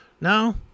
No